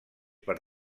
per